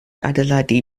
adeiladu